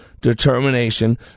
determination